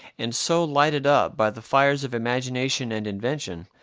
and so lighted up by the fires of imagination and invention,